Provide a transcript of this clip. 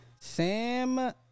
sam